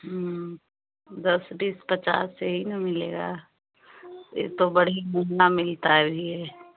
दस बीस पचास यही न मिलेगा यह तो बड़ी महँगा मिलता है अभी यह